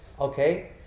Okay